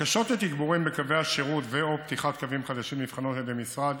בקשות לתגבורים בקווי השירות ו/או פתיחת קווים חדשים נבחנות על ידי משרד